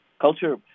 Culture